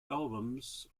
albums